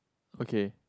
okay